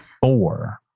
Four